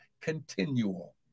continual